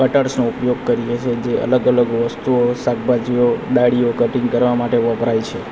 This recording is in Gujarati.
કટર્સનો ઉપયોગ કરીએ છીએ જે અલગ અલગ વસ્તુઓ શાકભાજીઓ ડાળીઓ કટીંગ કરવા માટે વપરાય છે